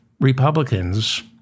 Republicans